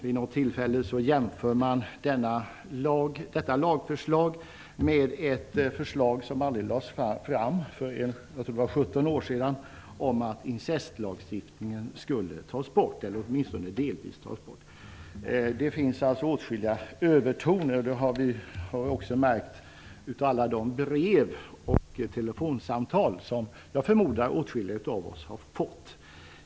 Vid något tillfälle jämförde man detta lagförslag med ett förslag som aldrig lades fram -- jag tror att det var för 17 år sedan -- om att incestlagstiftningen skulle delvis tas bort. Det förekommer alltså åtskilliga övertoner i debatten. Det har vi också märkt genom alla de brev och telefonsamtal som jag förmodar att flera av oss har fått.